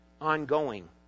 ongoing